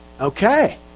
Okay